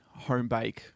Homebake